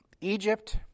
Egypt